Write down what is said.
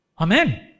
Amen